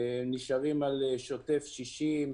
נשארים על שוטף 60,